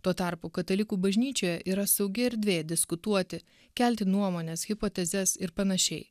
tuo tarpu katalikų bažnyčioje yra saugi erdvė diskutuoti kelti nuomones hipotezes ir panašiai